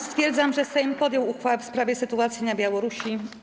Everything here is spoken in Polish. Stwierdzam, że Sejm podjął uchwałę w sprawie sytuacji na Białorusi.